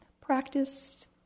practiced